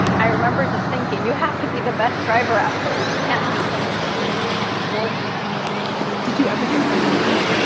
i remember thinking you have to be the best driver out there. you can't make any mistakes. you can't afford to did you ever get pulled over?